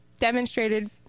demonstrated